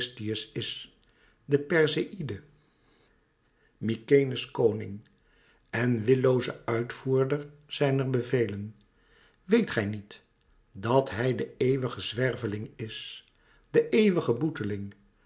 de perseïde mykenæ's koning en willooze uitvoerder zijner bevelen weet gij niet dat hij de eeuwige zwerveling is de eeuwige boeteling